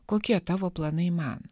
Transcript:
kokie tavo planai man